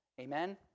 Amen